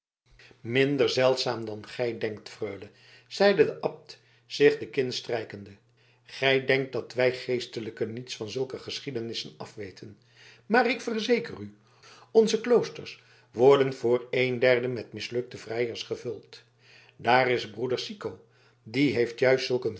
minder zeldzaam dan gij denkt freule zeide de abt zich de kin strijkende gij denkt dat wij geestelijken niets van zulke geschiedenissen afweten maar ik verzeker u onze kloosters worden voor een derde met mislukte vrijers gevuld daar is broeder sicco die heeft juist zulk een